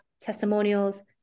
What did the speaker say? testimonials